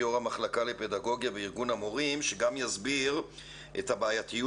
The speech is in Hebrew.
יושב ראש המחלקה לפדגוגיה בארגון המורים שגם יסביר את הבעייתיות